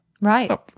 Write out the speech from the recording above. Right